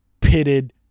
pitted